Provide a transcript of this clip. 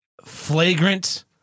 Flagrant